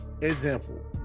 example